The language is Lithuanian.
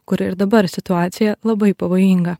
kur ir dabar situacija labai pavojinga